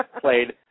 played